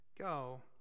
go